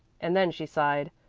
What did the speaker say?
and then she sighed.